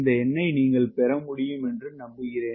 இந்த எண்ணை நீங்கள் பெற முடியும் என்று நம்புகிறேன்